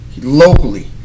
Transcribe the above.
locally